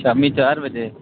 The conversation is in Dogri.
शामी चार बजे